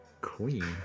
Queen